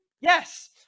Yes